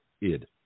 id